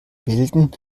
bilden